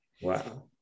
Wow